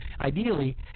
Ideally